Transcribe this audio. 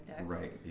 Right